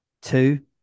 Two